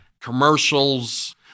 commercials